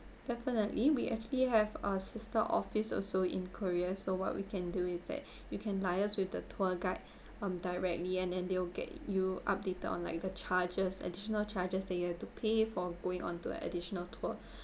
definitely we actually have our sister office also in korea so what we can do is that you can liase with the tour guide um directly and and they'll get you updated on like the charges additional charges that you have to pay for going onto a additional tour